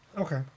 Okay